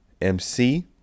MC